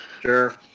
Sure